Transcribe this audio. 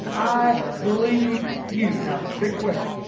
i believe you. now big question.